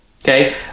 okay